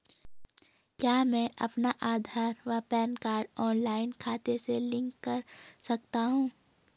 क्या मैं अपना आधार व पैन कार्ड ऑनलाइन खाते से लिंक कर सकता हूँ?